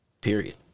Period